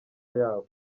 yabo